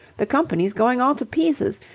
the company's going all to pieces.